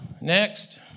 Next